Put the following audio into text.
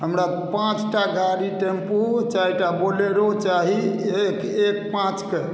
हमरा पाँच टा गाड़ी टेम्पू चारि टा बोलेरो चाही एक एक पाँचके